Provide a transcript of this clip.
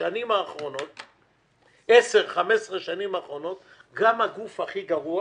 בזמן שב-15-10 השנים האחרונות גם הגוף הכי גרוע